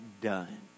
done